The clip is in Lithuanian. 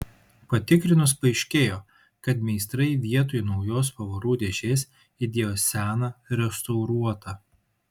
patikrinus paaiškėjo kad meistrai vietoj naujos pavarų dėžės įdėjo seną restauruotą